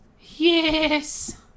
Yes